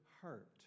heart